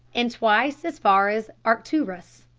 and twice as far as arcturus.